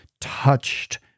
touched